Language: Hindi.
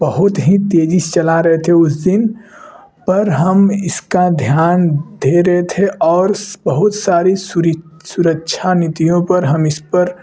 बहुत ही तेज़ी से चला रहे थे उस दिन पर हम इसका ध्यान दे रहें थे और बहुत सारी सुरिछ सुरक्षा नीतियों पर हम इस पर